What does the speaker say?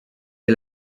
est